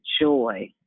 joy